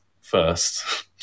first